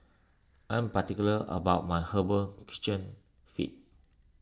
I'm particular about my Herbal Kitchen Feet